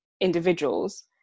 individuals